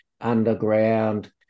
underground